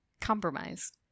Compromise